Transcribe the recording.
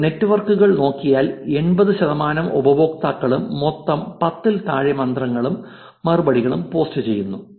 നിങ്ങൾ നെറ്റ്വർക്കുകൾ നോക്കിയാൽ 80 ശതമാനം ഉപയോക്താക്കളും മൊത്തം 10 ൽ താഴെ മന്ത്രങ്ങളും മറുപടികളും പോസ്റ്റ് ചെയ്യുന്നു